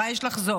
מה יש לחזור?